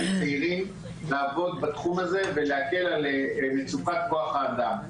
צעירים לעבוד בתחום הזה ולהקל על מצוקת כוח האדם.